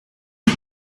his